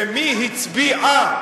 ומי הצביעה,